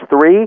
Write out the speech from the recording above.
three